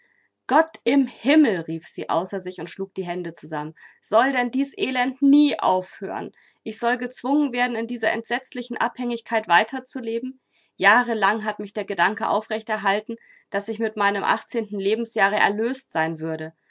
gott im himmel rief sie außer sich und schlug die hände zusammen soll denn dies elend nie aufhören ich soll gezwungen werden in dieser entsetzlichen abhängigkeit weiter zu leben jahrelang hat mich der gedanke aufrecht erhalten daß ich mit meinem achtzehnten lebensjahre erlöst sein würde